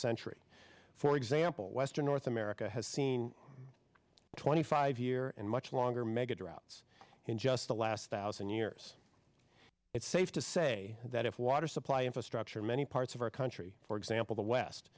century for example western north america has seen twenty five year and much longer mega droughts in just the last thousand years it's safe to say that if water supply infrastructure in many parts of our country for example the